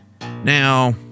Now